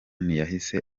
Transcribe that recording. ntiyahise